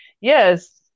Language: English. Yes